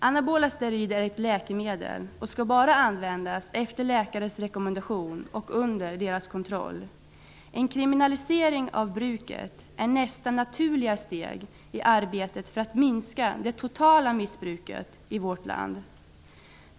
Anabola steroider är ett läkemedel och skall bara användas efter läkares rekommendation och under deras kontroll. En kriminalisering av bruket är nästa naturliga steg i arbetet för att minska det totala missbruket i vårt land.